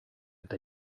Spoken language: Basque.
eta